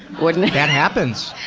but and that happens!